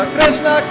Krishna